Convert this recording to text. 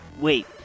Wait